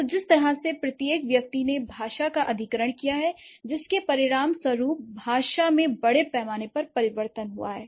तो जिस तरह से प्रत्येक व्यक्ति ने भाषा का अधिग्रहण किया है जिसके परिणामस्वरूप भाषा में बड़े पैमाने पर परिवर्तन होता है